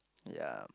ya